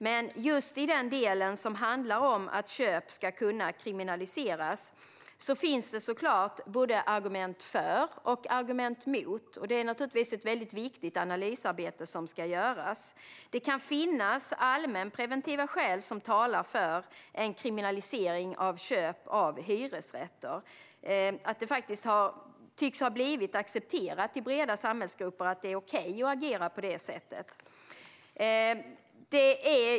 Men just i den del som handlar om att köp ska kunna kriminaliseras finns det såklart argument både för och mot. Det är naturligtvis ett mycket viktigt analysarbete som ska göras. Det kan finnas allmänpreventiva skäl som talar för en kriminalisering av köp av hyresrätter. Det tycks faktiskt ha blivit accepterat i breda samhällsgrupper att det är ok att agera på det sättet.